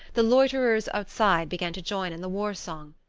the loiterers outside began to join in the war-songs.